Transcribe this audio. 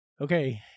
Okay